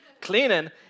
cleaning